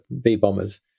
B-bombers